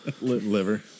Liver